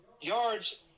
yards